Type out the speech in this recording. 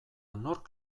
nork